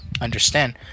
understand